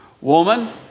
Woman